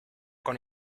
con